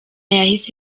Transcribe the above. yahise